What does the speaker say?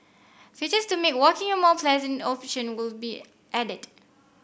features to make walking a more pleasant option will be added